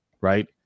right